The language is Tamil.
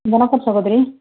வணக்கம் சகோதரி